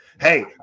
Hey